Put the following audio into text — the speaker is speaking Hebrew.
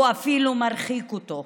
הוא אפילו מרחיק אותו.